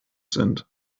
sind